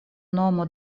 nomo